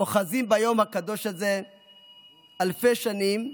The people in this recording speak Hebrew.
אוחזים ביום הקדוש הזה אלפי שנים,